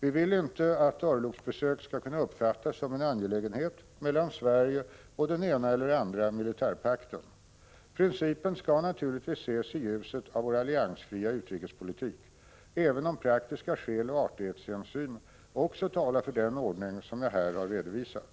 Vi vill inte att örlogsbesök skall kunna uppfattas som en angelägenhet mellan Sverige och den ena eller andra militärpakten. Principen skall naturligtvis ses i ljuset av vår alliansfria utrikespolitik, även om praktiska skäl och artighetshänsyn också talar för den ordning som jag här har redovisat.